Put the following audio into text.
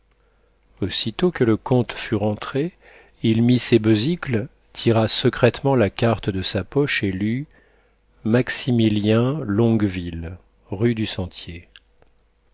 aussitôt que le comte fut rentré il mit ses besicles tira secrètement la carte de sa poche et lut maximilien longueville rue du sentier